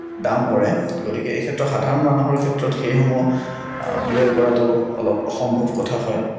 দাম পৰে গতিকে এই ক্ষেত্ৰত সাধাৰণ মানুহৰ ক্ষেত্ৰত সেইসমূহ ব্যয় কৰাটো অলপ অসম্ভৱ কথা হয়